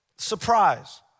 Surprise